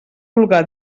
vulga